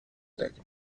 tecniche